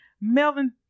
Melvin